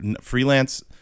freelance